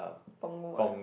Punggol ah